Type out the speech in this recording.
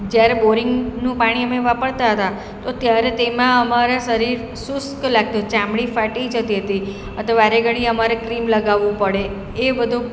જ્યારે બોરિંગનું પાણી અમે વાપરતાં હતાં તો ત્યારે તેમાં અમારે શરીર શુષ્ક લાગતું ચામડી ફાટી જતી હતી અથવા વારે ઘડીએ અમારે ક્રીમ લગાવવું પડે એ બધું